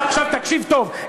עכשיו תקשיב טוב,